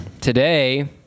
Today